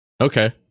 Okay